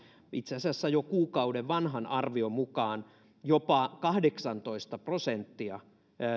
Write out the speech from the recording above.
itse asiassa jo kuukauden vanhan arvion mukaan jopa kahdeksantoista prosenttia